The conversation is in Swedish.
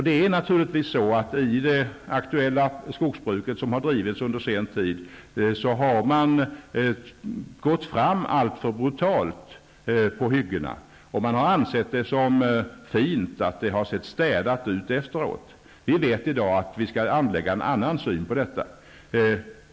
Det är naturligtvis så att man i det jordbruk som bedrivits under sen tid har gått fram alltför brutalt på hyggen. Man har ansett det som fint att det sett städat ut efteråt. Vi vet i dag att vi skall anlägga en annan syn på detta.